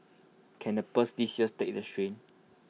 can the purse this year take the strain